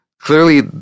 Clearly